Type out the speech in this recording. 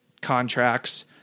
contracts